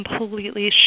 completely